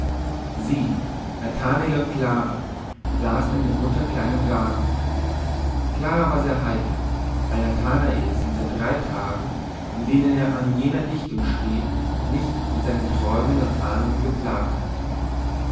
sie nathanael und clara saßen in der mutter kleinem garten clara war sehr heiter weil nathanael sie seit drei tagen in denen er an jener dichtung schrieb nicht mit seinen träumen und ahnungen geplagt hatte